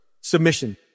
Submission